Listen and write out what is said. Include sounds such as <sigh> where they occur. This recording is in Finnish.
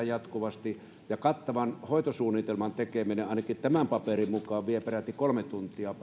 jatkuvasti ja kattavan hoitosuunnitelman tekeminen ainakin tämän paperin mukaan vie parhaimmillaan peräti kolme tuntia <unintelligible>